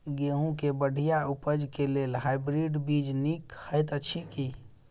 गेंहूँ केँ बढ़िया उपज केँ लेल हाइब्रिड बीज नीक हएत अछि की?